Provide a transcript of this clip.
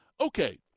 okay